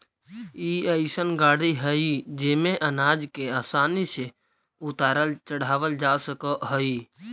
ई अइसन गाड़ी हई जेमे अनाज के आसानी से उतारल चढ़ावल जा सकऽ हई